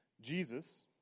Jesus